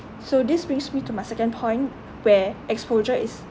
so this brings me to my second point where exposure is